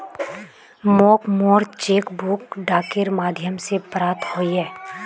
मोक मोर cheque book डाकेर माध्यम से प्राप्त होइए